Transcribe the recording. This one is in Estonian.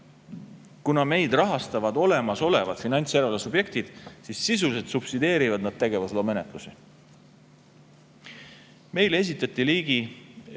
Kuna meid rahastavad olemasolevad finantsjärelevalve subjektid, siis sisuliselt subsideerivad nad tegevusloamenetlusi. Meile esitati ja